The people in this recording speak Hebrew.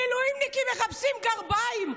מילואימניקים מחפשים גרביים,